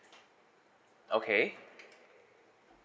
okay